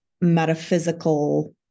metaphysical